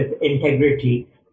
integrity